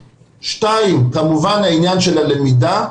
2. כמובן העניין של הלמידה,